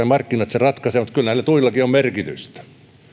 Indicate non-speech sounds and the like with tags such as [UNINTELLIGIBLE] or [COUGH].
[UNINTELLIGIBLE] markkinat sen ratkaisevat mutta kyllä näillä tuillakin on merkitystä